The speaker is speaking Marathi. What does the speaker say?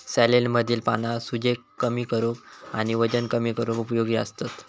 सॅलेडमधली पाना सूजेक कमी करूक आणि वजन कमी करूक उपयोगी असतत